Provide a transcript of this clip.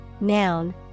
noun